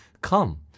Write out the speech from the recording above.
Come